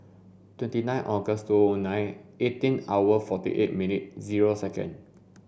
twenty nine August two thousand and nine eighteen hour forty eight million zero second